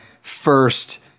first